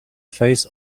face